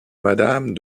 madame